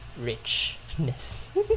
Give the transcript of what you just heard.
richness